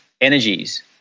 energies